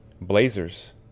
blazers